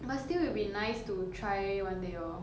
but still it'll be nice to try one day orh